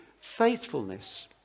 faithfulness